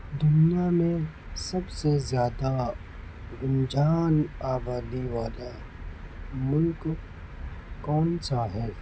دنیا میں سب سے زیادہ گنجان آبادی والا ملک کون سا ہے